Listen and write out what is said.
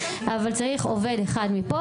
אבל צריך עובד אחד מפה,